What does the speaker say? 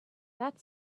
that